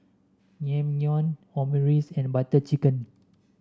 Naengmyeon Omurice and Butter Chicken